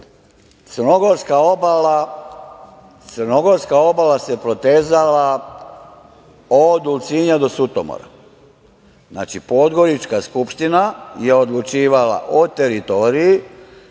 crnogorska obala se protezala od Ulcinja do Sutomora. Znači, Podgorička skupština je odlučivala o teritoriji